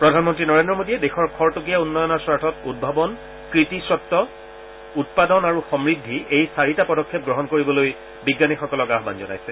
প্ৰধানমন্ত্ৰী নৰেন্দ্ৰ মোডীয়ে দেশৰ খৰতকীয়া উন্নয়নৰ স্বাৰ্থত উদ্ভাৱন কৃতি স্বত উৎপাদন আৰু সমৃদ্ধি এই চাৰিটা পদক্ষেপ গ্ৰহণ কৰিবলৈ বিজ্ঞানীসকলক আহান জনাইছে